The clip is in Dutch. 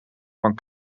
van